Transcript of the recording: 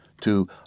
to